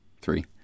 three